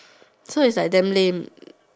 so it's like damn lame